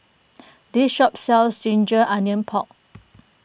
this shop sells Ginger Onions Pork